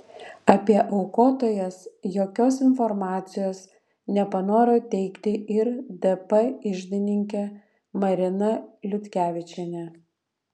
apie aukotojas jokios informacijos nepanoro teikti ir dp iždininkė marina liutkevičienė